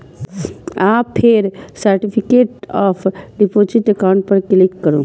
आ फेर certificate of deposit account पर क्लिक करू